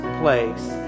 place